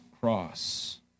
cross